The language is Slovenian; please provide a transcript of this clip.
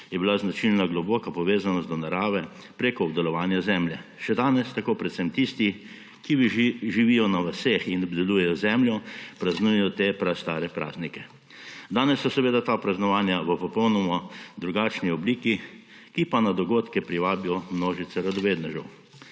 je bila značilna globoka povezanost z naravo prek obdelovanja zemlje. Še danes tako predvsem tisti, ki živijo na vaseh in obdelujejo zemljo, praznujejo te prastare praznike. Danes so seveda ta praznovanja v popolnoma drugačni obliki, ki pa na dogodke privabi množice radovednežev.